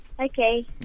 Okay